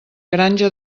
granja